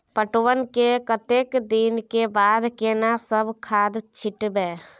पटवन के कतेक दिन के बाद केना सब खाद छिटबै?